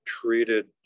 treated